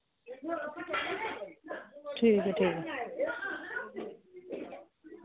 ठीक ठीक